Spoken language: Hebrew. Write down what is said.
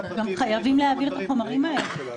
גם חייבים להעביר את החומרים האלה.